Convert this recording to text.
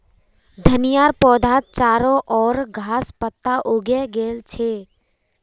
धनिया पौधात चारो ओर घास पात उगे गेल छ